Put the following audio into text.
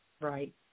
Right